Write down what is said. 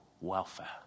welfare